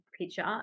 picture